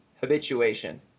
habituation